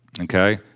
Okay